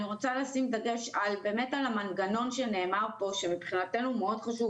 אני רוצה לשים דגש על באמת המנגנון שנאמר פה שהוא מבחינתנו מאוד חשוב,